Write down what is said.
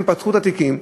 הם פתחו את התיקים,